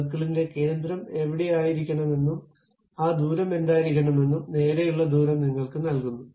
സർക്കിളിന്റെ കേന്ദ്രം എവിടെയായിരിക്കണമെന്നും ആ ദൂരം എന്തായിരിക്കണമെന്നും നേരെയുള്ള ദൂരം നിങ്ങൾക്ക് നൽകുന്നു